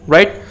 Right